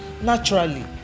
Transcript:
naturally